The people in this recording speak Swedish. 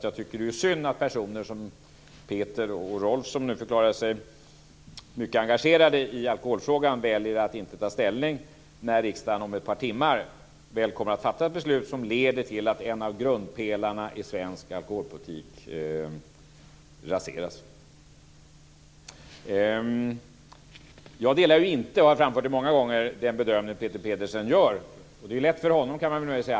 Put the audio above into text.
Jag tycker att det är synd att personer som Peter och Rolf, som förklarat sig mycket engagerade i alkoholfrågan, väljer att inte ta ställning när riksdagen om ett par timmar kommer att fatta beslut som leder till att en av grundpelarna i svensk alkoholpolitik raseras. Jag delar inte den bedömning Peter Pedersen gör, och det har jag framfört många gånger. Det är lätt för honom att göra den, kan man möjligen säga.